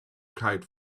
kite